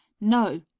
No